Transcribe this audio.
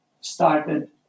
started